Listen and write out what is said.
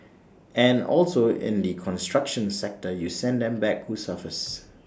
and also in the construction sector you send them back who suffers